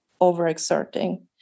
overexerting